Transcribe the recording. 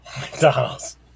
McDonald's